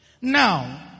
Now